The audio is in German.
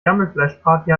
gammelfleischparty